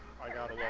i got yeah